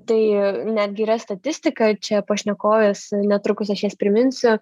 tai netgi yra statistika čia pašnekovės netrukus aš jas priminsiu